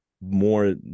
more